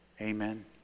Amen